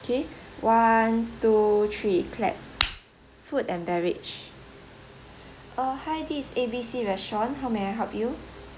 K one two three clap food and beverage uh hi this is A B C restaurant how may I help you